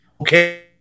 okay